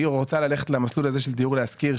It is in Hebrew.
שהיא רוצה ללכת למסלול הזה של דיור להשכיר,